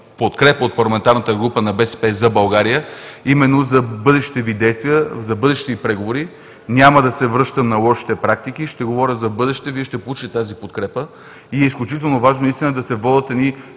подкрепа от парламентарната група на „БСП за България“ именно за бъдещите Ви действия, за бъдещите преговори. Няма да се връщам на лошите практики, ще говоря за бъдеще. Вие ще получите тази подкрепа. Изключително важно е да се водят